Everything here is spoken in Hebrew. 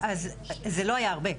זה לא היה הרבה.